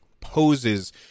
poses